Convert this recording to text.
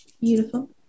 beautiful